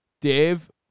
Dave